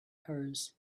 hers